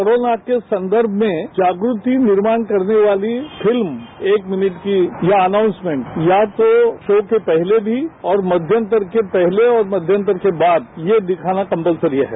corona के संदर्भ मेंजागृति निर्माण करने वाली फिल्म एक मिनट की या आनाउंसमेंट या तो शो के पहले भी औरमध्यांतर के पहले और मध्यांतर के बाद ये दिखाना कम्पलसरी है